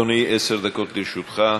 עשר דקות לרשותך.